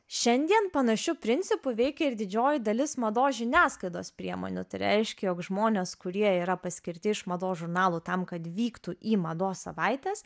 šiandien panašiu principu veikia ir didžioji dalis mados žiniasklaidos priemonių tai reiškia jog žmonės kurie yra paskirti iš mados žurnalų tam kad vyktų į mados savaites